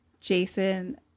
Jason